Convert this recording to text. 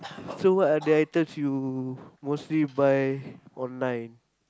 so what are the items you mostly buy online